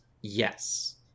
Yes